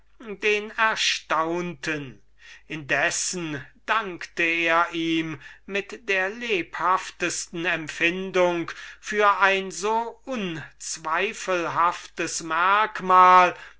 den erstaunten indessen dankte er ihm mit der lebhaftesten empfindung für ein so unzweifelhaftes merkmal